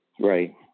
Right